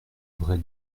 vraie